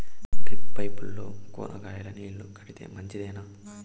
Drip పైపుల్లో కూరగాయలు నీళ్లు కడితే మంచిదేనా?